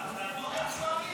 איפה שר הפנים?